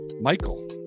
Michael